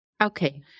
Okay